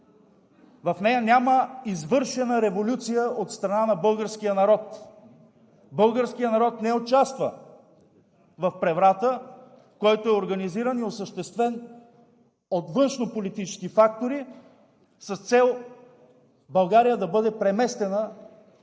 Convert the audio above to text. В нея няма извършена революция от страна на българския народ! Българският народ не участва в преврата, който е организиран и осъществен от външнополитически фактори с цел България да бъде преместена в коренно